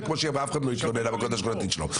ואף אחד לא יתלונן על המכולת השכונתית שלו.